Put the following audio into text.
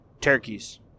turkeys